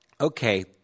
Okay